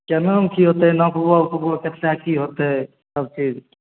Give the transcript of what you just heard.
केना कि होतै नपबऽ ऊपबऽ कतेक कि होतै सबचीज